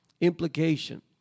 Implication